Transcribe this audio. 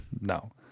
no